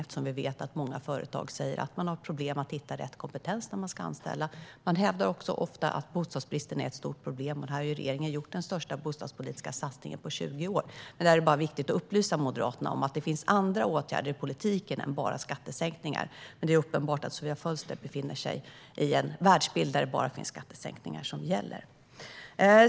Vi vet nämligen att många företag har problem att hitta rätt kompetens när de ska anställa. De hävdar också ofta att bostadsbristen är ett stort problem, och nu har regeringen gjort den största bostadspolitiska satsningen på 20 år. Det är viktigt att upplysa Moderaterna om att det finns andra åtgärder i politiken än bara skattesänkningar. Men det är uppenbart att det enligt Sofia Fölsters världsbild bara är skattesänkningar som gäller.